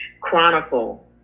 chronicle